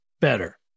better